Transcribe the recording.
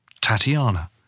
Tatiana